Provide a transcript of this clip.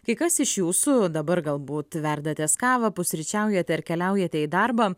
kai kas iš jūsų dabar galbūt verdatės kavą pusryčiaujate ar keliaujate į darbą